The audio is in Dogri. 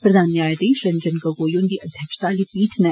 प्रधान न्यायधीष रंजन गोगोई हुन्दी अध्यक्षता आली पीठ नै